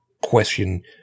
question